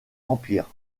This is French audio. empire